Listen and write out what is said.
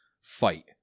fight